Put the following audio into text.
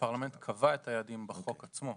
הפרלמנט קבע את היעדים בחוק עצמו.